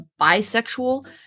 bisexual